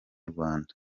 rwanda